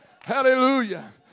Hallelujah